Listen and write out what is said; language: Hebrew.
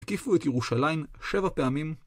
הקיפו את ירושלים שבע פעמים.